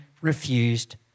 refused